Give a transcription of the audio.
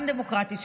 וגם דמוקרטית,